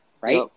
Right